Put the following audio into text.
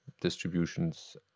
distributions